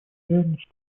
реальности